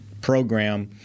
program